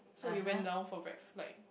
so we went down for ve~ like